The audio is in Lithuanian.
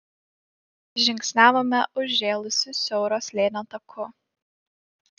žingsniavome užžėlusiu siauro slėnio taku